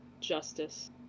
justice